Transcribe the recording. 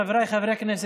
חבריי חברי הכנסת,